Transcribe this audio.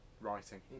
writing